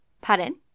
Pardon